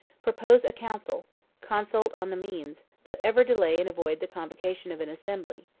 propose a council consult on the means but ever delay and avoid the convocation of an assembly,